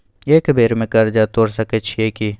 एक बेर में कर्जा तोर सके छियै की?